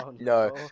No